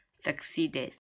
succeeded